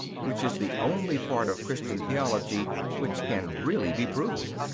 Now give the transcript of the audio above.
which is the only part of christian theology which can really be proved.